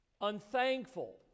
unthankful